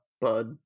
bud